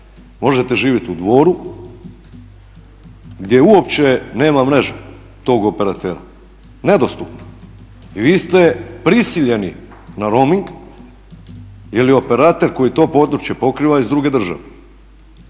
možete živjeti u Dvoru gdje uopće nema mreže tog operatera, nedostupno. I vi ste prisiljeni na rooming jer je operater koji to područje pokriva iz druge države.